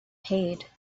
paid